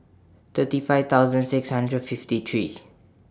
thirty five thousand six hundred fifty three